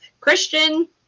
Christian